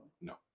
No